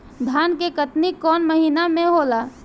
धान के कटनी कौन महीना में होला?